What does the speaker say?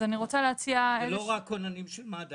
אז אני רוצה להציע -- לא רק כוננים של מד"א,